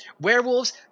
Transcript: Werewolves